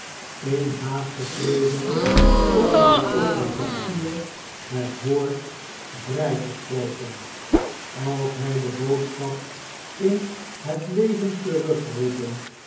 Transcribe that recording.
in haast geschreven stond op het papier het woord vkijgespboken b als hjj de boodschap in het leven